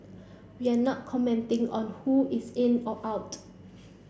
we are not commenting on who is in or out